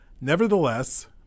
Nevertheless